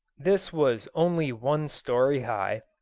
this was only one story high,